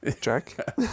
jack